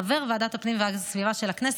חבר ועדת הפנים והגנת הסביבה של הכנסת,